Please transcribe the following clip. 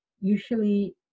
usually